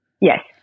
Yes